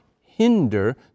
hinder